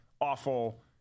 awful